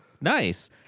Nice